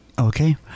Okay